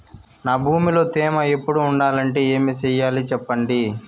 నా భూమిలో తేమ ఎప్పుడు ఉండాలంటే ఏమి సెయ్యాలి చెప్పండి?